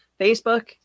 facebook